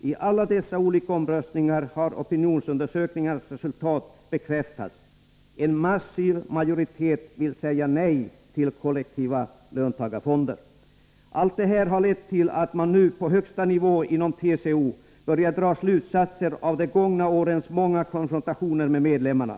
I alla dessa olika omröstningar har Nr 54 opinionsundersökningarnas resultat bekräftats: en massiv majoritet vill säga Tisdagen den nej till kollektiva fonder. 20 december 1983 Allt detta har lett till att man nu, på högsta nivå inom TCO, börjar dra slutsatser av de gångna årens många konfrontationer med medlemmarna.